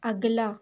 अगला